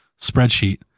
spreadsheet